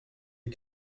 les